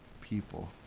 people